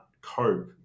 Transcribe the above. cope